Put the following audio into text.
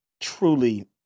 truly